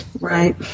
Right